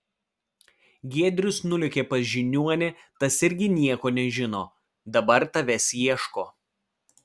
giedrius nulėkė pas žiniuonį tas irgi nieko nežino dabar tavęs ieško